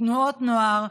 תנועות נוער,